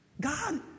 God